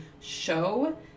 show